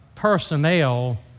personnel